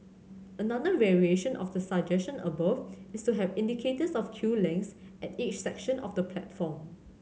another variation of the above is to have indicators of queue lengths at each section of the platform